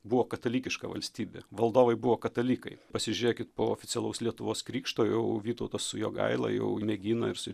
buvo katalikiška valstybė valdovai buvo katalikai pasižiūrėkit po oficialaus lietuvos krikšto jau vytautas su jogaila jau mėgino ir su